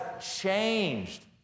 changed